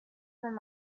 from